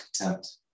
contempt